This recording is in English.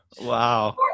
Wow